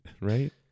right